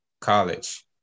college